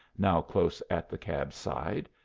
now close at the cab's side.